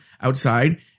outside